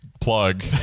plug